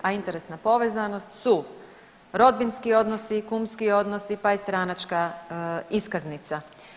A interesna povezanost su rodbinski odnosi, kumski odnosi, pa i stranačka iskaznica.